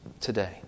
today